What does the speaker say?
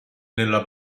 nella